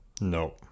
no